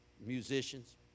musicians